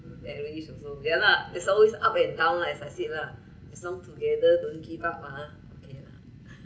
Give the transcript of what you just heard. marriage also ya lah there's always up and down lah as I said lah as long together don't give up ah